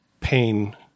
pain